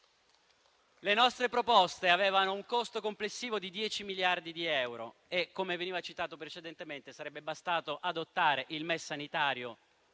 Le nostre proposte avevano un costo complessivo di 10 miliardi di euro e, come veniva citato precedentemente, sarebbe bastato adottare il MES sanitario